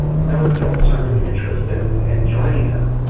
no adults are really interested in in joining them.